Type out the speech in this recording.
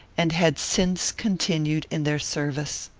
and had since continued in their service.